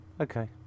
Okay